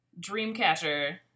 Dreamcatcher